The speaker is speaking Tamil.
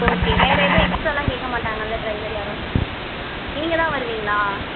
ஓகே வேறு எதுவும் எக்ஸ்ட்ராவெலாம் கேட்க மாட்டாங்கள்லே டிரைவர் யாரும் நீங்கள் தான் வருவீங்களா